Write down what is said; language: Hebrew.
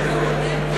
נתקבלה.